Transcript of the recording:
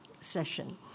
session